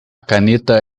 caneta